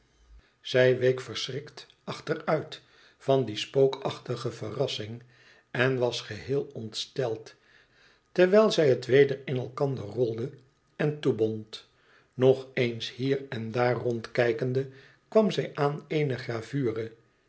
zij week verschrikt achteruit van die spookachtige verrassing en was geheel ontsteld terwijl zij het weder in elkander rolde en toebond nog eens hier en daar rondkijkende kwam zij aan eene gravure